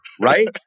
right